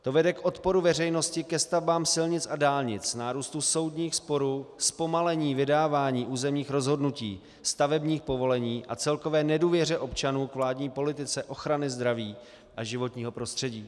To vede k odporu veřejnosti ke stavbám silnic a dálnic, nárůstu soudních sporů, zpomalení vydávání územních rozhodnutí, stavebních povolení a celkové nedůvěře občanů k vládní politice ochrany zdraví a životního prostředí.